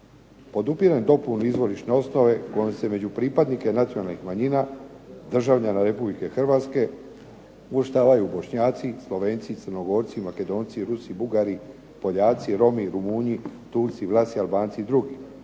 Podupirem dopunu Izvorišne osnove kojom se među pripadnike nacionalnih manjina državljana Republike Hrvatske uvrštavaju Bošnjaci, Slovenci, Crnogorci, Makedonci, Rusi, Bugari, Poljaci, Romi, Rumunji, Turci, Vlasi, Albanci i drugi